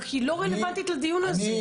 רק היא לא רלוונטית לדיון הזה.